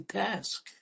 task